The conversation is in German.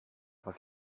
was